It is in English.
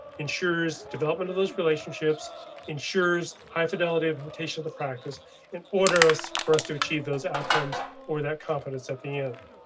ensures development of those relationships ensures high fidelity of rotation of the practice in order us for us to achieve those outcomes or that confidence at yeah